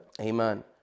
Amen